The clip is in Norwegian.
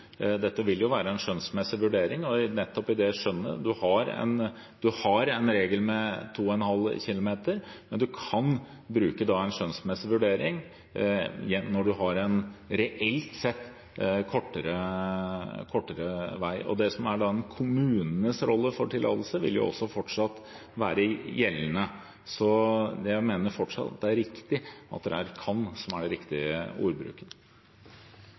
Dette vil være en skjønnsmessig vurdering. Man har en regel om 2,5 km, men man kan foreta en skjønnsmessig vurdering når man reelt sett har kortere vei. Det som er kommunenes rolle når det gjelder tillatelse, vil fortsatt være gjeldende. Jeg mener fortsatt at det er «kan» som er den riktige ordbruken.